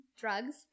drugs